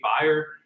buyer